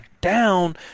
down